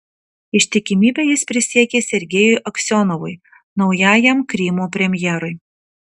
ištikimybę jis prisiekė sergejui aksionovui naujajam krymo premjerui